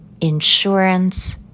insurance